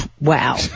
Wow